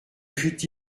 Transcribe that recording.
fut